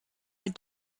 had